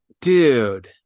dude